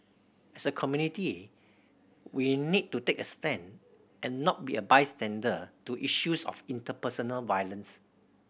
as a community we need to take a stand and not be a bystander to issues of interpersonal violence